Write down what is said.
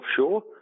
offshore